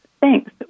Thanks